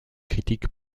critiques